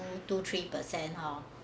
two three percent hor